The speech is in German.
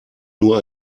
nur